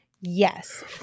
Yes